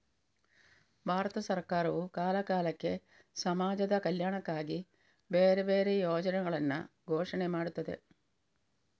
ಭಾರತ ಸರಕಾರವು ಕಾಲ ಕಾಲಕ್ಕೆ ಸಮಾಜದ ಕಲ್ಯಾಣಕ್ಕಾಗಿ ಬೇರೆ ಬೇರೆ ಯೋಜನೆಗಳನ್ನ ಘೋಷಣೆ ಮಾಡ್ತದೆ